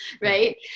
right